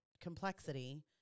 complexity